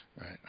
right